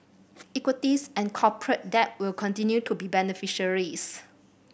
equities and corporate debt will continue to be beneficiaries